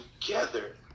together